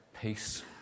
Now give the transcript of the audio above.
Peace